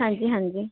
ਹਾਂਜੀ ਹਾਂਜੀ